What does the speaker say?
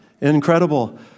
Incredible